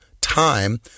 time